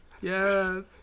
Yes